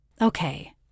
Okay